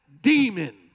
demon